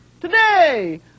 today